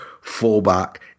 fullback